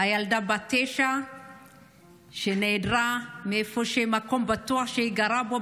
הילדה בת התשע שנעדרה מהמקום הבטוח שהיא גרה בו,